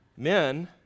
Men